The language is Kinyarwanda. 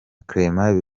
clement